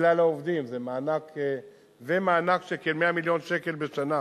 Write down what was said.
מכלל העובדים ומענק של כ-100 מיליון שקל בשנה,